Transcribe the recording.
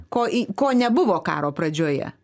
ko ko nebuvo karo pradžioje